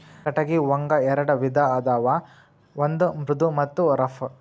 ಕಟಗಿ ಒಂಗ ಎರೆಡ ವಿಧಾ ಅದಾವ ಒಂದ ಮೃದು ಮತ್ತ ರಫ್